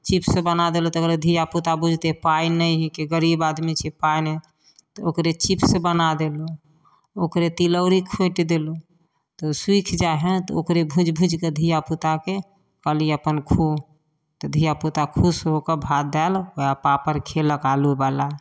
chips बना देलहुॅं तऽ कहलहुॅं धियापुता बुझतै पाइ नहि हैके गरीब आदमी छियै पाइ नहि तऽ ओकरे चीप्स बना देलहुॅं ओकरे तिलौरी खोटि देलहुॅं तऽ सुखि जाइ है तऽ ओकरे भुजि भुजि कऽ धियापुताके कहली अपन खो तऽ धियापुता खुश हो कऽ भात दालि वएह पापड़ खेलक आलू बला